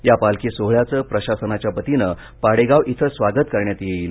या पालखी सोहळ्याचं प्रशासनाच्या वतीने पाडेगाव इथे स्वागत करण्यात येईल